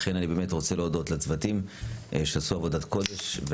לכן אני באמת רוצה להודות לצוותים שעשו עבודת קודש.